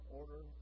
order